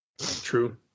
True